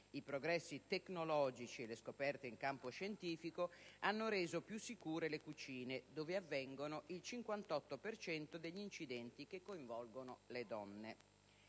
i progressi tecnologici e le scoperte in campo scientifico hanno reso più sicure le cucine (dove avviene il 58 per cento degli incidenti che coinvolgono donne),